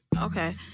Okay